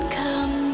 come